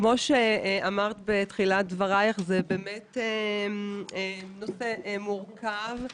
כמו שאמרת בתחילת דברייך, זה באמת נושא מורכב,